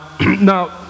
now